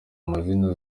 amazina